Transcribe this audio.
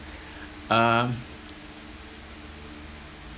um